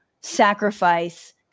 sacrifice